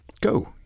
Go